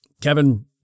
Kevin